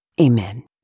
Amen